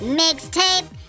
mixtape